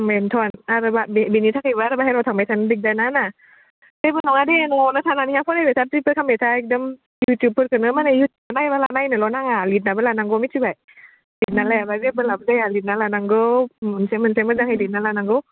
बेनथन आरोबा बेनिथाखायबो आरो बाहेरायाव थांबाय थानो दिगदारना जेबो नङादे न'आवनो थानानै फरायबाय था प्रिपेर खालामबायथा एखदम इउटुबफोरखोनो मारै नायबालाय नायनोल' नाङा लिरनाबो लानांगौ मिथिबाय लिरना लायाब्ला जेबो जाया लिरना लानांगौ मोनसे मोनसे मोजांहाय लिरना लानांगौ